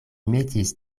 metis